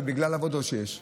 זה בגלל העבודות שיש שם.